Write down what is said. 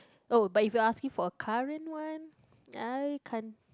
oh but if you're asking for a current one I can't